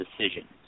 decisions